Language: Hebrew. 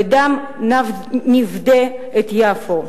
בדם נפדה את יפו.